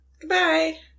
Goodbye